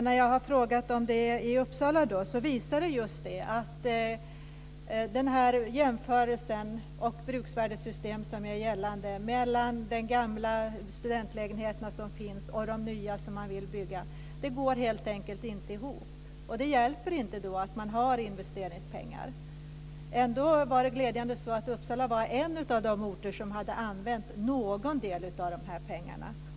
När jag har frågat om det i Uppsala har det just visat sig att jämförelsen, enligt det bruksvärdessystem som är gällande, mellan de gamla studentlägenheter som finns och de nya som man vill bygga helt enkelt inte går ihop. Där hjälper det inte att man har investeringspengar. Ändå var det glädjande nog så att Uppsala var en av de orter som hade använt någon del av dessa pengar.